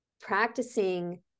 practicing